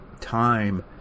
Time